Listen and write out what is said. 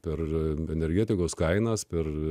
per energetikos kainas per